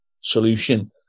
solution